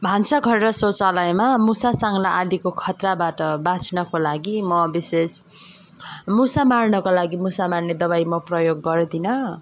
भान्साघर र शौचालयमा मुसा साङ्ला आदिको खतराबाट बाँच्नको लागि म विशेष मुसा मार्नको लागि मुसा मार्ने दबाई म प्रयोग गर्दिनँ